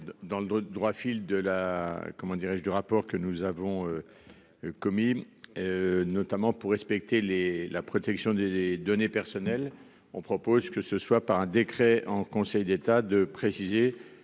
comment dirais-je du rapport que nous avons. Commis. Notamment pour respecter les la protection des données personnelles, on propose que ce soit par un décret en Conseil d'État de préciser